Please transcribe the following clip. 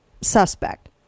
suspect